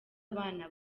abana